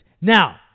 Now